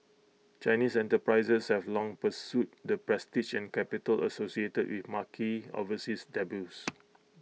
Chinese enterprises have long pursued the prestige and capital associated with marquee overseas debuts